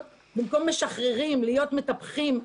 במקום היות משחררים להיות מטפחים.